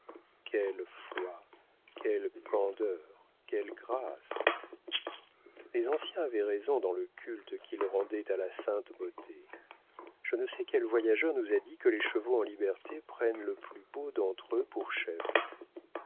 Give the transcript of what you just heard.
quelle foi quelle candeur quelle grâce les anciens avaient raison dans le culte qu'ils rendaient à la sainte beauté je ne sais quel voyageur nous a dit que les chevaux en liberté prennent le plus beau d'entre eux pour chef